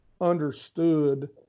understood